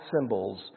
symbols